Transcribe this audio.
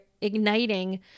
igniting